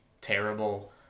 terrible